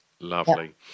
Lovely